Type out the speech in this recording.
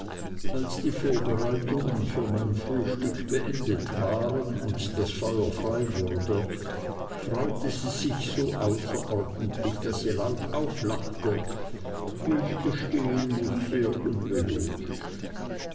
als die vorbereitungen für mein frühstück beendet waren und das feuer frei wurde freute sie sich so außerordentlich daß sie laut auflachte wie ich gestehen